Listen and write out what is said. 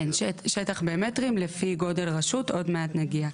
כן, שטח במטרים לפי גודל רשות, עוד מעט נגיע.